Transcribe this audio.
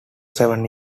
seven